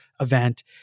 event